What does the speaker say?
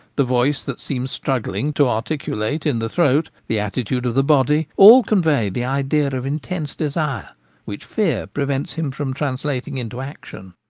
the voice that seems struggling to articulate in the throat, the attitude of the body, all convey the idea of intense desire which fear prevents him from translating into action.